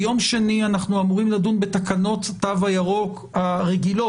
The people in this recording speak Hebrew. ביום שני אנחנו אמורים לדון בתקנות התו הירוק הרגילות,